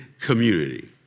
community